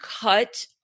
cut